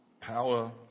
power